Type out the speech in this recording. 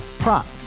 Prop